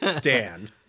Dan